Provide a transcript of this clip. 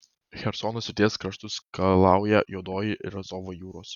chersono srities kraštus skalauja juodoji ir azovo jūros